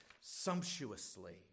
sumptuously